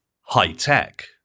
high-tech